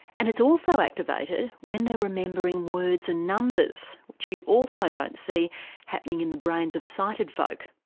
and it's also activated when they're remembering words and numbers, which you also don't see happening in the brains of sighted folk.